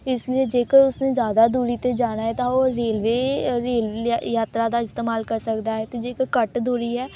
ਇਸ ਲਈ ਜੇਕਰ ਉਸਨੇ ਜ਼ਿਆਦਾ ਦੂਰੀ 'ਤੇ ਜਾਣਾ ਹੈ ਤਾਂ ਉਹ ਰੇਲਵੇ ਰੇਲ ਯਾ ਯਾਤਰਾ ਦਾ ਇਸਤੇਮਾਲ ਕਰ ਸਕਦਾ ਹੈ ਅਤੇ ਜੇ ਕੋਈ ਘੱਟ ਦੂਰੀ ਹੈ